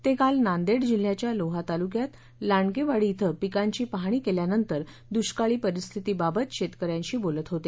ते काल नांदेड जिल्ह्याच्या लोहा तालुक्यात लांडगेवाडी इथं पिकांची पाहणी केल्यानंतर दृष्काळी परिस्थितीबाबत शेतकऱ्यांशी बोलत होते